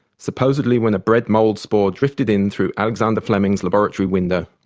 supposedly when a bread mould spore drifted in through alexander fleming's laboratory window.